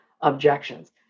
objections